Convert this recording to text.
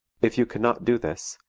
if you cannot do this,